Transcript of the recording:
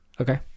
Okay